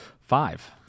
Five